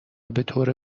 بطور